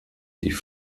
die